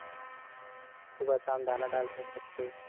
सुबह शाम दाना डालते हैं छत पर